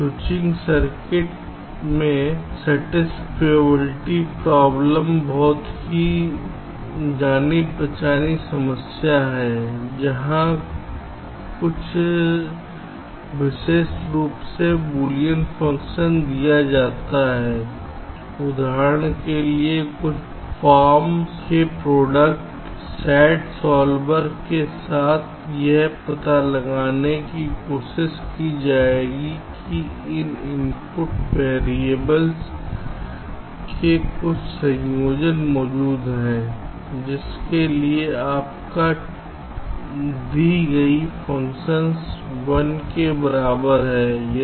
switching circuit में satisfiability problem बहुत ही जानी पहचानी समस्या है जहाँ कुछ विशेष रूप में बूलियन फंक्शन दिया जाता है उदाहरण के लिए कुछ फॉर्म्स के प्रोडक्ट SAT सॉल्वर के साथ यह पता लगाने की कोशिश की जाएगी कि क्या इनपुट वेरिएबल्स के कुछ संयोजन मौजूद हैं जिनके लिए आपका दी गई फ़ंक्शन 1 के बराबर है